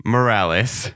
Morales